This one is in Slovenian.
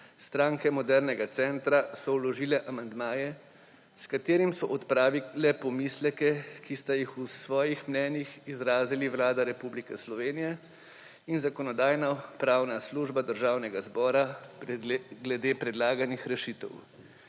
Stranke modernega centra so vložile amandmaje, s katerimi so odpravile pomisleke, ki sta jih v svojih mnenjih izrazili Vlada Republike Slovenije in Zakonodajno-pravna služba Državnega zbora glede predlaganih rešitev.